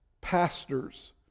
pastors